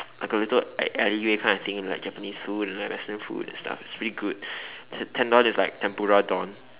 like a little a~ alleyway kind of thing like Japanese food and Western food and stuff it's pretty good tendon is like tempura Don